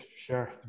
Sure